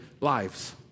lives